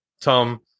Tom